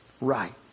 right